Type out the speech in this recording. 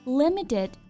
limited